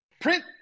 Print